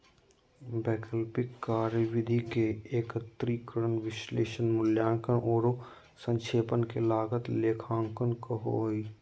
वैकल्पिक कार्यविधि के एकत्रीकरण, विश्लेषण, मूल्यांकन औरो संक्षेपण के लागत लेखांकन कहो हइ